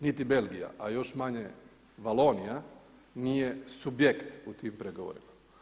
Niti Belgija a još manje Valonija nije subjekt u tim pregovorima.